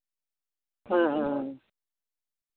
ᱦᱩᱸ ᱦᱩᱸ ᱦᱩᱸ